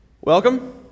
Welcome